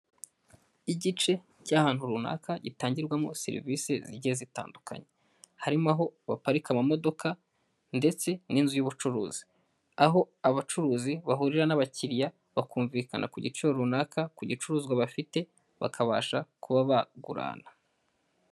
Igice cy'ahantu runaka gitangirwamo serivisi zigiye zitandukanye harimo aho baparika amamodoka ndetse n'inzu y'ubucuruzi aho abacuruzi bahurira n'abakiriya bakumvikana ku giciro runaka ku gicuruzwa bafite bakabasha kuba bagurana